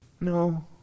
No